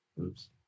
Oops